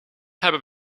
hebben